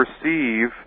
perceive